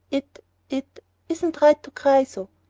it it isn't right to cry so.